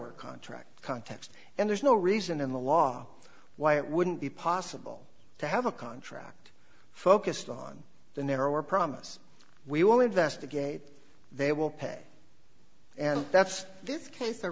er contract context and there's no reason in the law why it wouldn't be possible to have a contract focused on the narrower promise we will investigate they will pay and that's this case